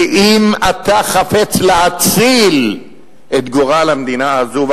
ואם אתה חפץ להציל את גורל המדינה הזאת,